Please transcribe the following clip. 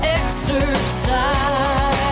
exercise